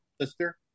sister